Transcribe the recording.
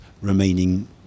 remaining